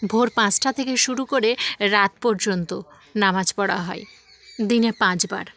ভোর পাঁচটা থেকে শুরু করে রাত পর্যন্ত নামাজ পড়া হয় দিনে পাঁচবার